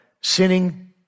sinning